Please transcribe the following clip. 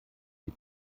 die